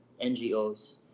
NGOs